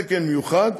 תקן מיוחד,